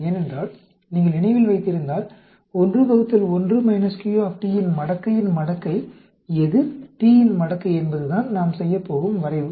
ஏனென்றால் நீங்கள் நினைவில் வைத்திருந்தால் 1 ÷1 -Q இன் மடக்கையின் மடக்கை எதிர் t இன் மடக்கை என்பதுதான் நாம் செய்யப்போகும் வரைவு